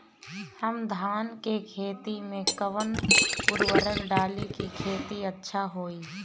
हम धान के खेत में कवन उर्वरक डाली कि खेती अच्छा होई?